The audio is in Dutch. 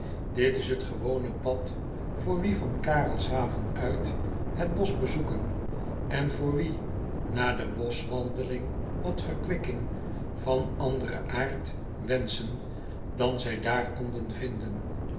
it is het gewone pad voor wie van arelshaven uit het bosch bezoeken en voor wie na de boschwandeling wat verkwikking van anderen aard wenschen dan zij dààr konden vinden